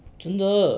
真的